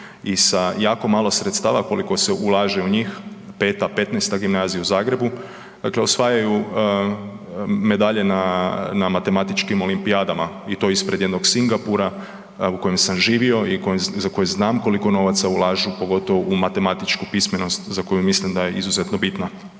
i sa jako malo sredstava koliko se ulaže u njih 5., 15. gimnazija u Zagrebu osvajaju medalje na matematičkim olimpijadama i to ispred jednog Singapura u kojem sam živio i za koji znam koliko novaca ulažu, pogotovo u matematičku pismenost za koju mislim da je izuzetno bitna.